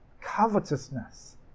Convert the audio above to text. covetousness